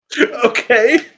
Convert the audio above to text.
Okay